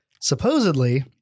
supposedly